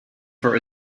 for